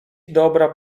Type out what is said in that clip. dobra